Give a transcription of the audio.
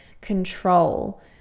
control